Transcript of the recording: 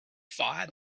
fire